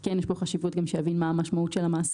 כן יש כאן חשיבות כדי שיבין מה המשמעות של המעשים.